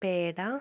peda